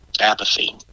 apathy